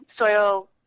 soil